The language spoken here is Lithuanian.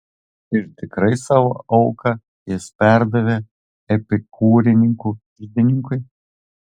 ir tikrai savo auką jis perdavė epikūrininkų iždininkui